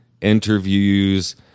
interviews